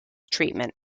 treatment